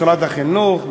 משרד החינוך,